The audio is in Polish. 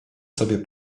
sobie